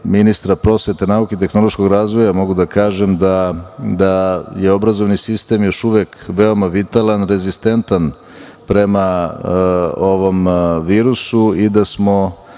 ministra prosvete, nauke i tehnološkog razvoja mogu da kažem da je obrazovni sistem još uvek veoma vitalan, rezistentan prema ovom virusu i da smo